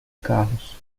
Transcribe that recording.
carros